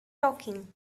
talking